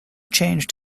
changed